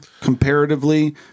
comparatively